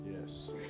Yes